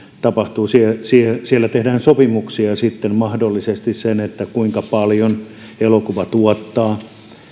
tapahtuu siellä tehdään sitten mahdollisesti sopimuksia kuinka paljon elokuva tuottaa